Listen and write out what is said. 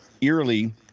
eerily